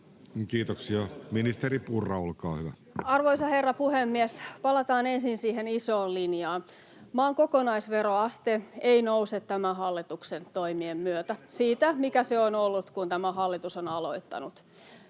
Kiitoksia. — Ministeri Purra, olkaa hyvä. Arvoisa herra puhemies! Palataan ensin siihen isoon linjaan: maan kokonaisveroaste ei nouse tämän hallituksen toimien myötä siitä, mikä se on ollut, kun tämä hallitus on aloittanut.